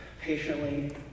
patiently